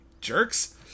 Jerks